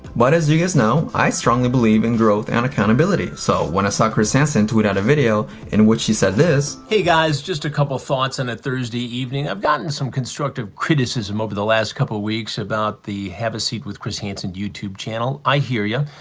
but as, you guys know, i strongly believe in growth and accountability so when i saw chris hansen tweet out a video in which he said this hey, guys. just a couple of thoughts on a thursday evening i've gotten some constructive criticism over the last couple of weeks about the have a seat with chris hansen youtube channel, i hear you.